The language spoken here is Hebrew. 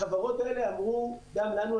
החברות האלה אמרו גם לנו,